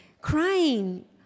crying